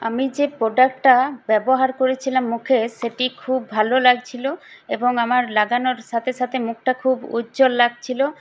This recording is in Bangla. আমি যে প্রোডাক্টটা ব্যবহার করেছিলাম মুখে সেটি খুব ভালো লাগছিলো এবং আমার লাগানোর সাথে সাথে মুখটা খুব উজ্জ্বল লাগছিলো